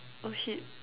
oh shit